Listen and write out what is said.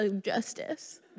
justice